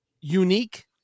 unique